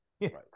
Right